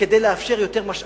כדי לאפשר יותר משאבים,